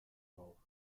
hoog